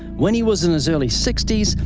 when he was in his early sixty s,